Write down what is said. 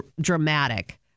dramatic